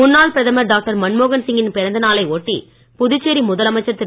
முன்னாள் பிரதமர் டாக்டர் மன்மோகன் சிங்கின் பிறந்தநாளை ஒட்டி புதுச்சேரி முதலமைச்சர் திரு